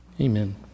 amen